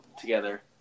together